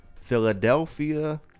philadelphia